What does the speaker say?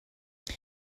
wenn